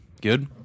Good